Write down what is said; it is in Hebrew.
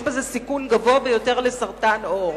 יש בזה סיכון גבוה ביותר לחלות בסרטן עור,